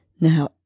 Now